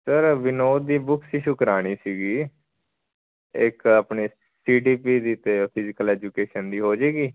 sir Vinod ਦੀ book issue ਕਰਾਣੀ ਸੀਗੀ ਇੱਕ ਆਪਣੇ ਸੀਡੀਪੀ ਦੀ ਅਤੇ ਫਿਜੀਕਲ ਐਜੂਕੇਸ਼ਨ ਦੀ ਹੋ ਜਾਏਗੀ